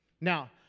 Now